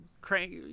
Crank